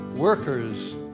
Workers